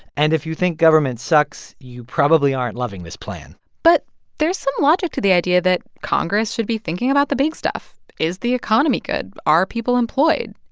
and if you think government sucks, you probably aren't loving this plan but there's some logic to the idea that congress should be thinking about the big stuff. is the economy good? are people employed?